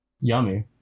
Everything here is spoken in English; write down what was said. Yummy